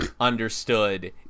understood